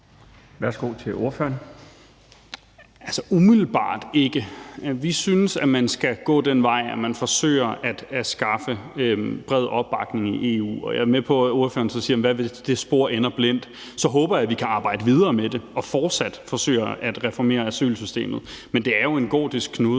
Valentin (SF): Umiddelbart ikke. Vi synes, at man skal gå den vej, hvor man forsøger at skaffe bred opbakning i EU. Jeg er med på, at ordføreren så siger: Jamen hvad så hvis det spor ender blindt? Så håber jeg, vi kan arbejde videre med det og fortsat forsøge at reformere asylsystemet. Men det er jo en gordisk knude,